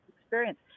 experience